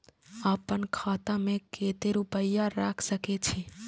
आपन खाता में केते रूपया रख सके छी?